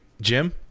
Jim